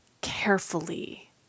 carefully